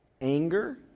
Anger